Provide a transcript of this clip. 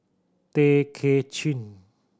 Tay Kay Chin